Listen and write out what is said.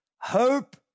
hope